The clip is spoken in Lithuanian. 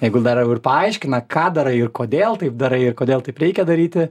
jeigu dar jau ir paaiškina ką darai ir kodėl taip darai ir kodėl taip reikia daryti